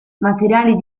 materiali